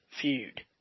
feud